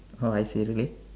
alright say really